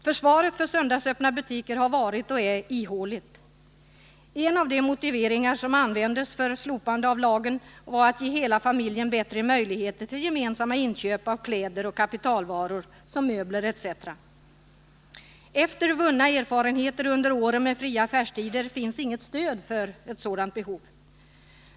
Försvaret för söndagsöppna butiker har varit och är ihåligt. En av de motiveringar som användes för slopande av lagen var att söndagsöppna butiker skulle ge hela familjen bättre möjligheter till gemensamma inköp av kläder och kapitalvaror som möbler etc. Vunna erfarenheter av fria affärstider under de här åren ger inget stöd för att det skulle finnas ett sådant behov.